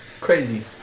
Crazy